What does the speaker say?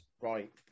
Right